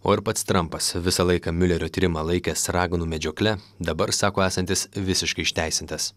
o ir pats trampas visą laiką miulerio tyrimą laikęs raganų medžiokle dabar sako esantis visiškai išteisintas